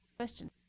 question.